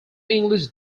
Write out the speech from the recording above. english